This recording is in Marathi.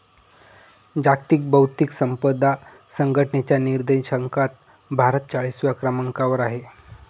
जागतिक बौद्धिक संपदा संघटनेच्या निर्देशांकात भारत चाळीसव्या क्रमांकावर आहे